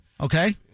okay